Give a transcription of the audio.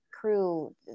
crew